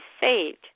saved